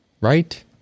right